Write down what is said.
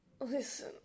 Listen